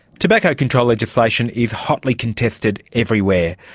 tobacco control legislation is hotly contested everywhere.